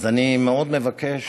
אז אני מאוד מבקש,